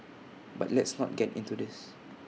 but let's not get into this